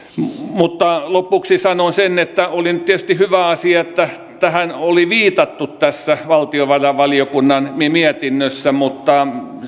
lopuksi sanon sen että oli nyt tietysti hyvä asia että tähän oli viitattu tässä valtiovarainvaliokunnan mietinnössä mutta